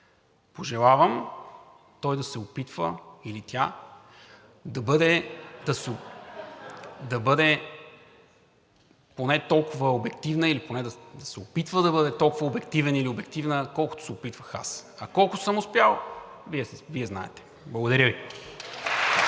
пожелавам той да се опитва или тя да бъде поне толкова обективна или поне да се опитва да бъде толкова обективен или обективна, колкото се опитвах аз. А колко съм успял, Вие знаете. Благодаря Ви.